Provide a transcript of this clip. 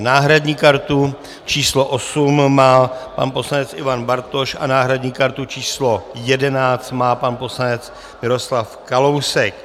Náhradní kartu číslo 8 má pan poslanec Ivan Bartoš a náhradní kartu číslo 11 má pan poslanec Miroslav Kalousek.